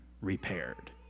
repaired